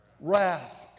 wrath